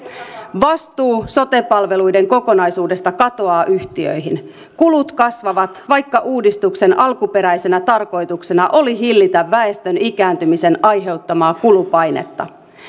vastuu sote palveluiden kokonaisuudesta katoaa yhtiöihin kulut kasvavat vaikka uudistuksen alkuperäisenä tarkoituksena oli hillitä väestön ikääntymisen aiheuttamaa kulupainetta